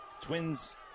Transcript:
Twins